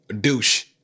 douche